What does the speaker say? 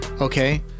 okay